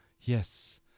yes